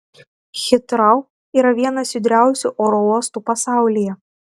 hitrou yra vienas judriausių oro uostų pasaulyje